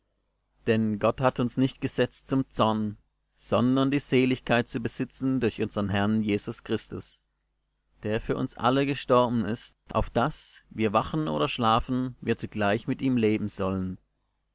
denn gott hat uns nicht gesetzt zum zorn sondern die seligkeit zu besitzen durch unsern herrn jesus christus der für uns alle gestorben ist auf daß wir wachen oder schlafen wir zugleich mit ihm leben sollen